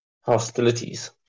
hostilities